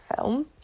film